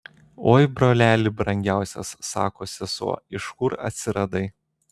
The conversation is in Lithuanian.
oi broleli brangiausias sako sesuo iš kur atsiradai